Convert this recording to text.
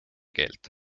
keelt